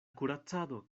kuracado